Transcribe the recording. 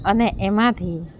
અને એમાંથી